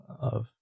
of-